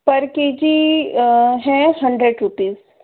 पर K G है hundred rupees